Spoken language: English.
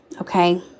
okay